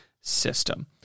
system